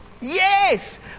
Yes